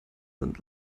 sind